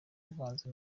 uvanze